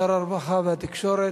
שר הרווחה והתקשורת,